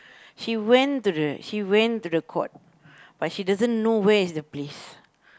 she went to the she went to the court but she doesn't know where is the place